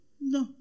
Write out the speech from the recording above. no